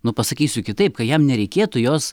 nu pasakysiu kitaip ka jam nereikėtų jos